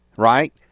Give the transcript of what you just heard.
right